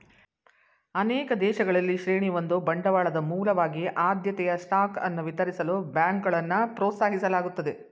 ಅನೇಕ ದೇಶಗಳಲ್ಲಿ ಶ್ರೇಣಿ ಒಂದು ಬಂಡವಾಳದ ಮೂಲವಾಗಿ ಆದ್ಯತೆಯ ಸ್ಟಾಕ್ ಅನ್ನ ವಿತರಿಸಲು ಬ್ಯಾಂಕ್ಗಳನ್ನ ಪ್ರೋತ್ಸಾಹಿಸಲಾಗುತ್ತದೆ